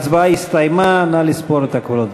ההצבעה הסתיימה, נא לספור את הקולות.